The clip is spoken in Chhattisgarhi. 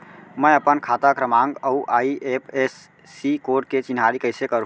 मैं अपन खाता क्रमाँक अऊ आई.एफ.एस.सी कोड के चिन्हारी कइसे करहूँ?